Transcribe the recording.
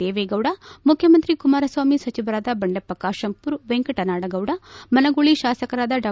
ದೇವೇಗೌಡ ಮುಖ್ಯಮಂತ್ರಿ ಕುಮಾರಸ್ವಾಮಿ ಸಚಿವರಾದ ಬಂಡೆಪ್ಪ ಬಾತೆಂಪೂರ್ ವೆಂಕಟ ನಾಡಗೌಡ ಮನಗೂಳಿ ಶಾಸಕರಾದ ಡಾ